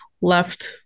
left